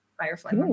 Firefly